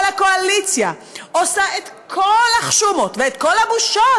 אבל הקואליציה עושה את כל החשומות ואת כל הבושות,